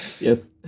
yes